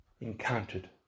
encountered